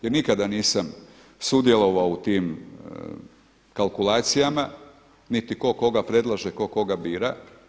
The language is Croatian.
Jer nikada nisam sudjelovao u tim kalkulacijama niti tko koga predlaže, tko koga bira.